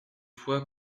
fois